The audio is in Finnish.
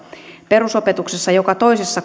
perusopetuksessa joka toisessa